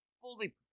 fully